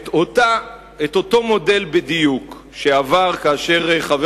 את אותו מודל בדיוק שעבר כאשר חבר